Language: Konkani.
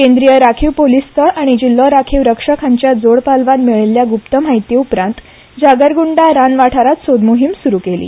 केंद्रीय राखीव पुलीस दळ आनी जिल्हो राखीव रक्षक हांच्या जोड पालवान मेळिल्ल्या गुप्त म्हायती उपरांत जागरगुंडा रान वाठारांत सोद मोहीम सुरू केल्ली